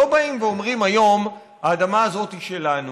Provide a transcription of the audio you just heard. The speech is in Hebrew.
הרי לא באים ואומרים היום: האדמה הזאת היא שלנו,